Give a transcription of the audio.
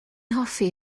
hoffi